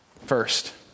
First